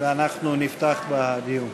ואנחנו נפתח בדיון.